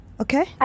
okay